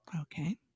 Okay